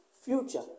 future